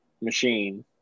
machine